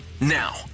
Now